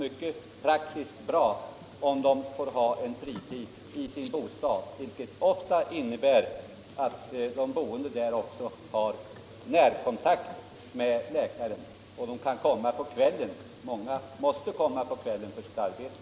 — Man kanske bör ha detta i blickfånget när man ändå = sjukförsäkringen diskuterar den här frågan. Sedan är det väl också anmärkningsvärt att herr Karlsson i Ronneby, som har deltagit i behandlingen av ärendet i utskottet, skall korrigeras av fru Håvik.